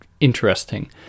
interesting